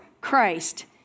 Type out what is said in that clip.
Christ